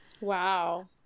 Wow